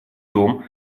том